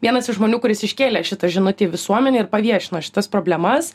vienas iš žmonių kuris iškėlė šitą žinutę į visuomenę ir paviešino šitas problemas